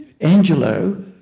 Angelo